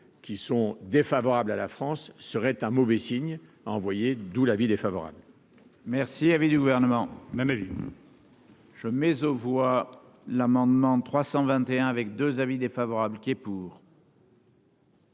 qui sont défavorables à la France, serait un mauvais signe envoyé d'où l'avis défavorable. Merci avait du gouvernement même ma vie. Je mais aux voix l'amendement 321 avec 2 avis défavorables qui est pour.